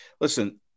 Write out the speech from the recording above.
listen –